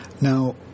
Now